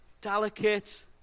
delicate